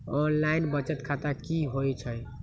Online बचत खाता की होई छई?